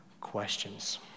questions